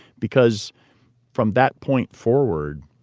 because from that point forward,